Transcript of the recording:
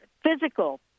physical